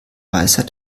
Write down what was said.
weisheit